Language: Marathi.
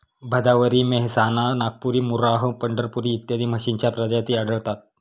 भदावरी, मेहसाणा, नागपुरी, मुर्राह, पंढरपुरी इत्यादी म्हशींच्या प्रजाती आढळतात